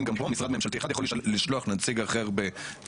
האם גם פה משרד ממשלתי אחד יכול לשלוח נציג אחר בשמו,